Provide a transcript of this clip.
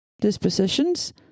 dispositions